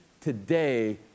today